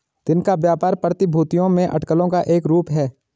दिन का व्यापार प्रतिभूतियों में अटकलों का एक रूप है